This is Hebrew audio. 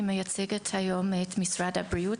אני מייצגת כיום את משרד הבריאות,